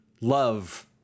Love